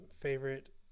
favorite